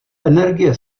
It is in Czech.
energie